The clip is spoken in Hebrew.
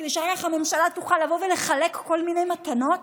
כדי שאחר כך הממשלה תוכל לבוא ולחלק כל מיני מתנות?